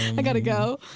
i gotta go.